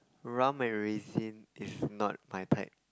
rum and raisin is not my type